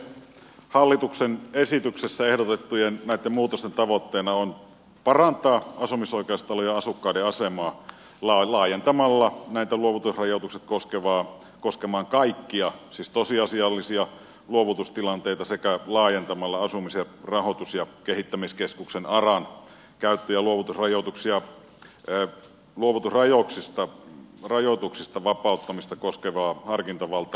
hallituksen esityksessä ehdotettujen muutosten tavoitteena on parantaa asumisoikeustalojen asukkaiden asemaa laajentamalla luovutusrajoitukset koskemaan kaikkia tosiasiallisia luovutustilanteita sekä laajentamalla asumisen rahoitus ja kehittämiskeskuksen aran käyttö ja luovutusrajoituksista vapauttamista koskevaa harkintavaltaa